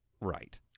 right